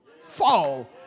fall